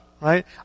Right